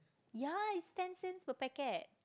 ya it's ten cent per packet